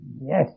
Yes